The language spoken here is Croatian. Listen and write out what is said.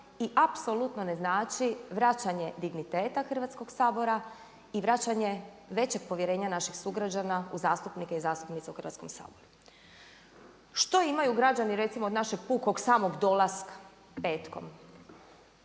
i apsolutno ne znači vraćanje digniteta Hrvatskog sabora i vraćanje većeg povjerenja naših sugrađana u zastupnike i zastupnice u Hrvatskom saboru. Što imaju građani recimo od našeg pukog samog dolaska petkom?